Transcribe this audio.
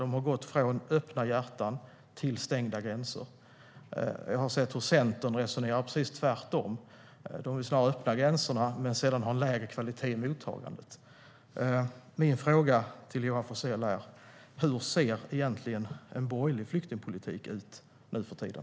De har gått från öppna hjärtan till stängda gränser. Centern resonerar precis tvärtom. De vill snarare öppna gränserna men sedan ha lägre kvalitet i mottagandet. Min fråga till Johan Forssell är: Hur ser egentligen en borgerlig flyktingpolitik ut nu för tiden?